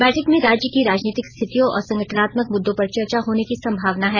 बैठक में राज्य की राजनीतिक स्थितियों और संगठनात्मक मुददों पर चर्चा होनी की संभावना है